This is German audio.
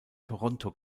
toronto